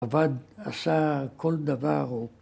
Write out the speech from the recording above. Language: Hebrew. עבד, עשה כל דבר